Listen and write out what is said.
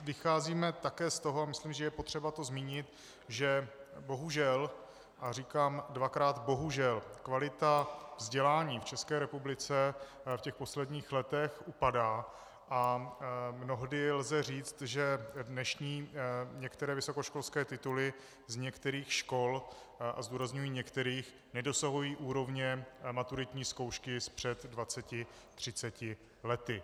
Vycházíme také z toho, a myslím, že je potřeba to zmínit, že bohužel, a říkám dvakrát bohužel, kvalita vzdělání v České republice v těch posledních letech upadá a mnohdy lze říct, že dnešní některé vysokoškolské tituly z některých škol, a zdůrazňuji některých, nedosahují úrovně maturitní zkoušky před dvaceti třiceti lety.